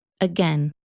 Again